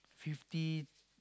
fifty